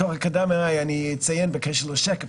בתור אקדמאי אני אציין בקשר לשקף,